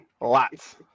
Lots